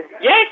Yes